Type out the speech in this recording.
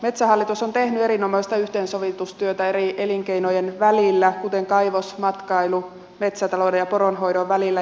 metsähallitus on tehnyt erinomaista yhteensovitustyötä eri elinkeinojen välillä kuten kaivos matkailu ja metsätalouden ja poronhoidon välillä